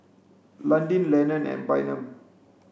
Landin Lenon and Bynum